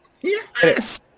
yes